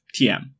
TM